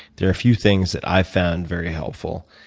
there a few things that i've found very helpful.